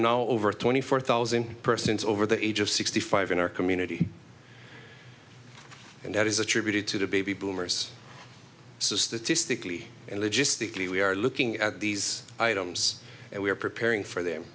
now over twenty four thousand persons over the age of sixty five in our community and that is attributed to the baby boomers statistically and logistically we are looking at these items and we are preparing for them